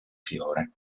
fiore